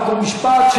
חוק ומשפט,